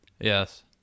Yes